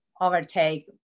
overtake